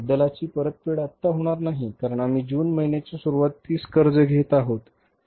मुद्दलाची परतफेड आत्ता होणार नाही कारण आम्ही जून महिन्याच्या सुरूवातीस कर्ज घेत आहोत